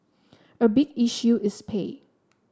a big issue is pay